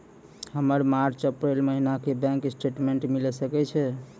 हमर March April महीना के बैंक स्टेटमेंट मिले सकय छै?